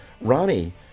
Ronnie